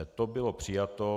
To bylo přijato.